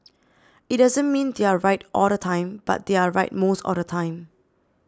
it doesn't mean they are right all the time but they are right most of the time